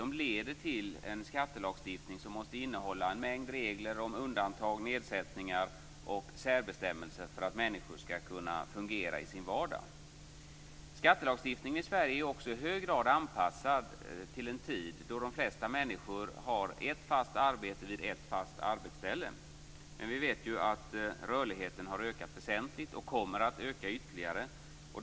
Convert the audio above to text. De leder till en skattelagstiftning som måste innehålla en mängd regler om undantag, nedsättningar och särbestämmelser för att människor skall kunna fungera i sin vardag. Skattelagstiftningen i Sverige är också i hög grad anpassad till en tid då de flesta människor har ett fast arbete vid ett fast arbetsställe. Men vi vet att rörligheten har ökat väsentligt och kommer att öka ytterligare.